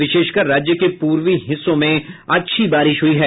विशेषकर राज्य के पूर्वी हिस्से में अच्छी बारिश हुई है